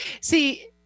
See